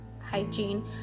hygiene